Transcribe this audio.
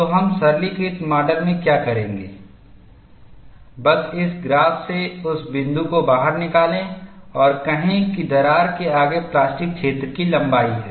तो हम सरलीकृत माडल में क्या करेंगे बस इस ग्राफ़ से उस बिंदु को बाहर निकालें और कहें कि दरार के आगे प्लास्टिक क्षेत्र की लंबाई है